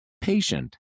patient